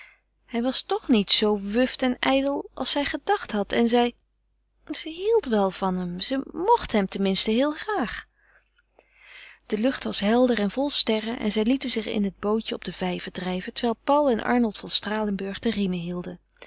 hij was toch niet zoo wuft en ijdel als zij gedacht had en zij ze hield wel van hem ze mocht hem ten minste heel graag de lucht was helder en vol sterren en zij lieten zich in het bootje op den vijver drijven terwijl paul en arnold van stralenburg de riemen hielden